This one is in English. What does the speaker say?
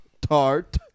tart